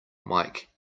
mike